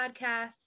Podcast